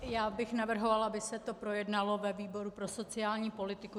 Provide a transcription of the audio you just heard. Já bych navrhovala, aby se to projednalo ve výboru pro sociální politiku.